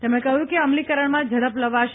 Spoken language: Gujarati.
તેમણે કહ્યું કે અમલીકરણમાં ઝડપ લવાશે